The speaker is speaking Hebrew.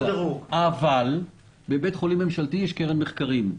אבל בבית חולים ממשלתי יש קרן מחקרים,